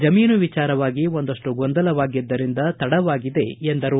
ಜಮೀನು ವಿಚಾರವಾಗಿ ಒಂದಷ್ಟು ಗೊಂದಲವಾಗಿದ್ದರಿಂದ ತಡವಾಗಿದೆ ಎಂದರು